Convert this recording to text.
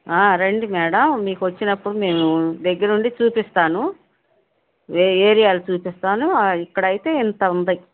రండి మేడమ్ మీకు వచ్చినప్పుడు మేము దగ్గరుండి చూపిస్తాను ఏరియాలో చూపిస్తాను ఇక్కడ అయితే ఇంత ఉన్నాయి